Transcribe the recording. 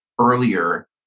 earlier